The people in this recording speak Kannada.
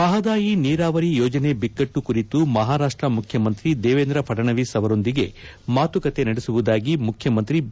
ಮಹದಾಯಿ ನೀರಾವರಿ ಯೋಜನೆ ಬಿಕ್ಕಟ್ಟು ಕುರಿತು ಮಹಾರಾಷ್ಟ್ರ ಮುಖ್ಯಮಂತ್ರಿ ದೇವೇಂದ್ರ ಫದ್ಡವೀಸ್ ಅವರೊಂದಿಗೆ ಮಾತುಕತೆ ನಡೆಸುವುದಾಗಿ ಮುಖ್ಯಮಂತ್ರಿ ಬಿ